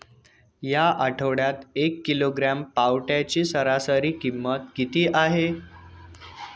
या आठवड्यात एक किलोग्रॅम पावट्याची सरासरी किंमत किती आहे?